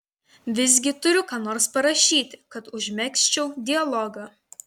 visgi turiu ką nors parašyti kad užmegzčiau dialogą